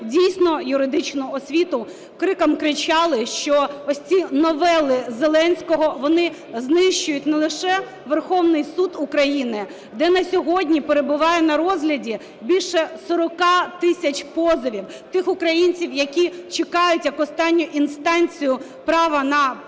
дійсно юридичну освіту, криком кричали, що ось ці новели Зеленського, вони знищують не лише Верховний Суд України, де на сьогодні перебуває на розгляді більше 40 тисяч позовів тих українців, які чекають, як останню інстанцію, право на правосуддя.